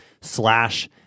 slash